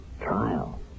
Trial